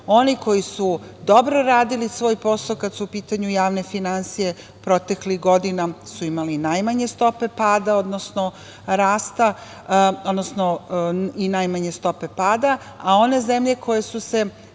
su. Oni koji su dobro radili svoj posao kad su u pitanju javne finansije proteklih godina su imali najmanje stope pada, odnosno rasta, odnosno i najmanje stope pada, a one zemlje koje su se